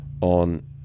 on